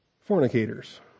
fornicators